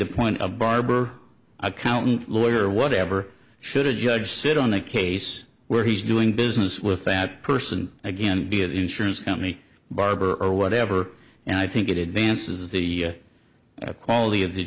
a point of barber accountant lawyer or whatever should a judge sit on a case where he's doing business with that person again be it insurance company barber or whatever and i think it advances the a quality of the